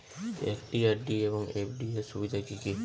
একটি আর.ডি এবং এফ.ডি এর সুবিধা কি কি?